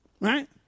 Right